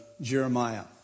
Jeremiah